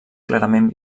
clarament